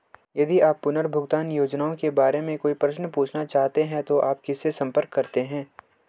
यदि आप पुनर्भुगतान योजनाओं के बारे में कोई प्रश्न पूछना चाहते हैं तो आप किससे संपर्क करते हैं?